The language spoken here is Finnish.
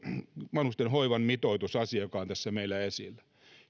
vanhustenhoivan mitoitusasia joka on tässä meillä esillä